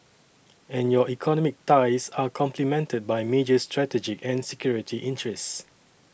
and your economic ties are complemented by major strategic and security interests